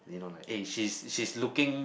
you don't like eh she's she's looking